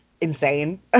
insane